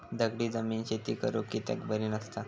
दगडी जमीन शेती करुक कित्याक बरी नसता?